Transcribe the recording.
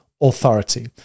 authority